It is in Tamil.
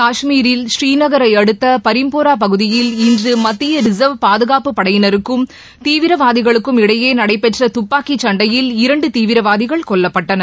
காஷ்மீரில் பூநீநகரை அடுத்த பரிம்போரா பகுதியில் இன்று மத்திய ரிசர்வ் பாதுகாப்புப் படையினருக்கும் தீவிரவாதிகளுக்கும் இடையே நடைபெற்ற துப்பாக்கிச் சண்டையில் இரண்டு தீவிரவாதிகள் கொல்லப்பட்டனர்